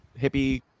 hippie